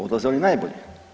Odlaze oni najbolji.